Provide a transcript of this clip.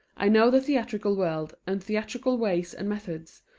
i know the theatrical world and theatrical ways and methods,